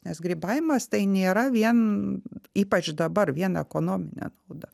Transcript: nes grybavimas tai nėra vien ypač dabar vien ekonominė nauda